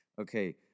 Okay